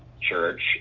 church